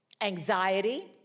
anxiety